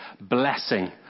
blessing